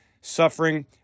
suffering